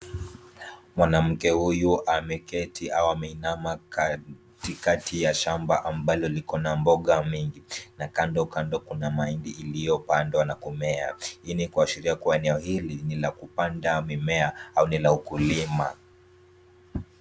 Mwanamke huyu ameketi au ameinama katikati ya shamba ambalo liko na mboga mengi na kando kando kuna mahindi iliyopandwa na kumea. Hii ni kuashiria kuwa eneo hili ni la kupanda mimea au ni la ukulima.